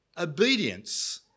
Obedience